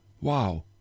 wow